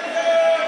לסעיף